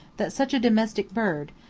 that such a domestic bird,